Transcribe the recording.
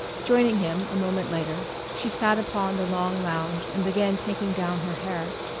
joining him a moment later she sat upon the long lounge and began taking down her hair.